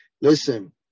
listen